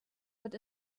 wird